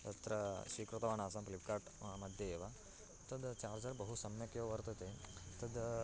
तत्र स्वीकृतवान् आसं फ़्लिप्कार्ट् मध्ये एव तद् चार्जर् बहु सम्यगेव वर्तते तद्